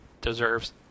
deserves